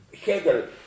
Hegel